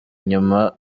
nyuma